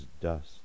dust